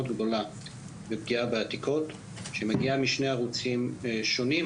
גדולה בפגיעה בעתיקות שמגיעה משני ערוצים שונים,